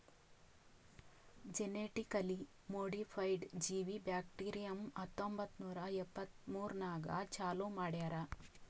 genetically modified ಜೀವಿ bacterium ಹತ್ತೊಂಬತ್ತು ನೂರಾ ಎಪ್ಪತ್ಮೂರನಾಗ್ ಚಾಲೂ ಮಾಡ್ಯಾರ್